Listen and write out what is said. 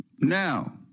Now